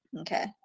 Okay